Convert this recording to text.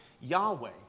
Yahweh